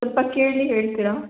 ಸ್ವಲ್ಪ ಕೇಳಿ ಹೇಳ್ತಿರಾ